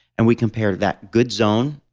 and we compare that good zone,